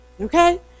Okay